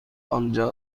آنجا